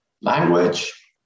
language